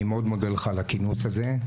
אני מאוד מודה לך על הכינוס הזה,